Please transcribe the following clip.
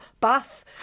bath